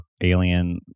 alien